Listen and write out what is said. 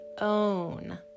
own